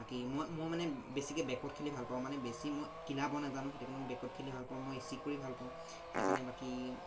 বাকী মই মই মানে বেছিকৈ বেকত খেলি ভাল পাওঁ মানে বেছি মই কিলাব নাজানো সেইটো কাৰণে মই বেকত খেলি ভাল পাওঁ মই ৰিচিভ কৰি ভাল পাওঁ সেইটো কাৰণে বাকী